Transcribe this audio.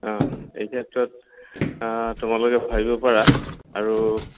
অঁ এই ক্ষেত্ৰত তোমালোকে ভাবিব পাৰা আৰু